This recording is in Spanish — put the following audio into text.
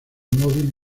mobile